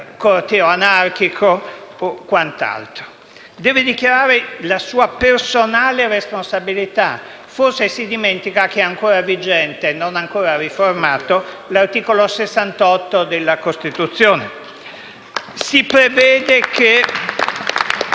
un corteo anarchico o quant'altro. Il senatore deve dichiarare la sua personale responsabilità: forse si dimentica che è ancora vigente e non ancora riformato l'articolo 68 della Costituzione. *(Applausi dai